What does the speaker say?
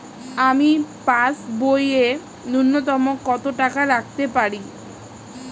আমি পাসবইয়ে ন্যূনতম কত টাকা রাখতে পারি?